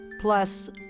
Plus